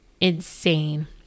insane